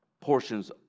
portions